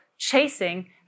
chasing